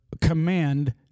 command